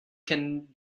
can